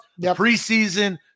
preseason